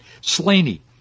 Slaney